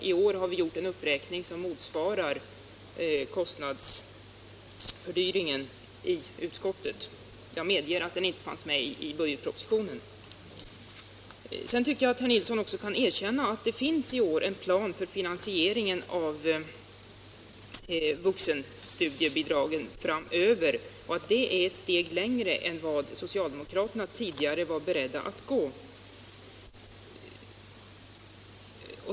I år har vi gjort en uppräkning i utskottet som motsvarar kostnadsfördyringen; jag medger att den uppräkningen inte fanns Sedan tycker jag att herr Nilsson skall erkänna att det i propositionen finns en plan för finansieringen av vuxenstudiebidraget framöver och att det är ett steg längre än vad socialdemokraterna tidigare var beredda att gå.